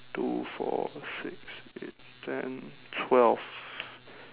two four six eight ten twelve